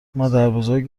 مادربزرگ